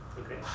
okay